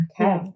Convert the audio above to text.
Okay